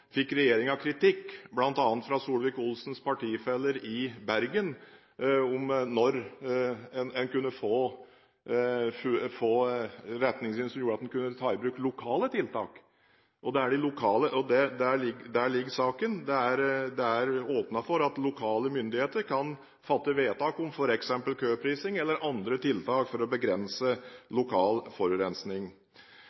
fikk regjeringen kritikk bl.a. fra Solvik-Olsens partifeller i Bergen om når en kunne få retningslinjer som gjorde at en kunne ta i bruk lokale tiltak. Der ligger saken. Det er åpnet for at lokale myndigheter kan fatte vedtak om f.eks. køprising eller andre tiltak for å begrense